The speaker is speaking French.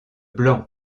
blanc